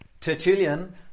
Tertullian